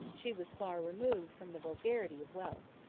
she was far removed from the vulgarity of wealth.